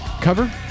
cover